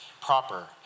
proper